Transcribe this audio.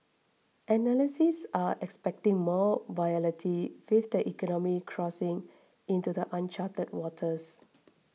analysts are expecting more volatility with the economy crossing into the uncharted waters